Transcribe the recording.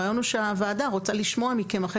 הרעיון הוא שהוועדה רוצה לשמוע מכם אחרי